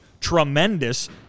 tremendous